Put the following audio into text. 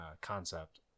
concept